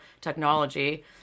technology